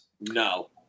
No